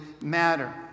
matter